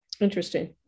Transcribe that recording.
interesting